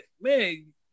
man